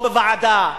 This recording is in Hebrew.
או בוועדה,